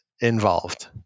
involved